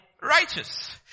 righteous